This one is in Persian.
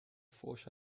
فحش